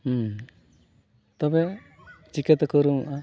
ᱛᱚᱵᱮ ᱪᱤᱠᱟᱹ ᱛᱮᱠᱚ ᱩᱨᱩᱢᱚᱜᱼᱟ